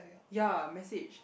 ya message